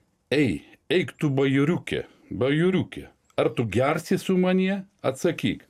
ei eik tu bajoriuke bajoriuke ar tu gersi su manie atsakyk